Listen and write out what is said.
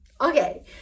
Okay